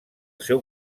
seu